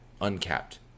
uncapped